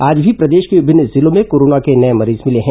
आज भी प्रदेश के विभिन्न जिलों में कोरोना के नए मरीज मिले हैं